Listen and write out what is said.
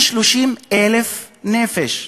של 30,000 נפש.